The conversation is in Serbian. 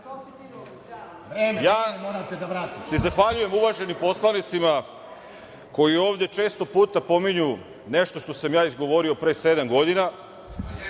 se zahvaljujem uvaženim poslanicima koji ovde često puta pominju nešto što sam ja izgovorio pre sedam godina.